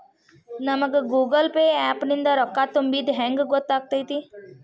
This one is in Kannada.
ನಮಗ ಗೂಗಲ್ ಪೇ ಆ್ಯಪ್ ನಿಂದ ರೊಕ್ಕಾ ತುಂಬಿದ್ದ ಹೆಂಗ್ ಗೊತ್ತ್ ಆಗತೈತಿ?